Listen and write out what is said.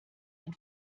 ein